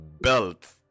belt